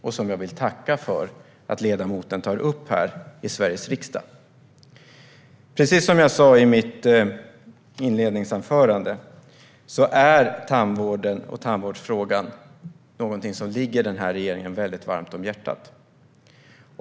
Jag vill tacka för att ledamoten tar upp den här i Sveriges riksdag. Precis som jag sa i mitt inledningsanförande ligger tandvårdsfrågan denna regering väldigt varmt om hjärtat.